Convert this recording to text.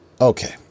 Okay